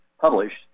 published